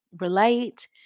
relate